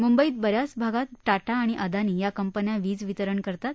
मुंबईत बऱ्याच मोठया भागात टाटा आणि अदानी या कंपन्या वीज वितरण करतात